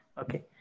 Okay